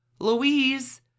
Louise